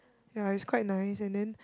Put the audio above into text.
ya it's quite nice and then